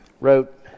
wrote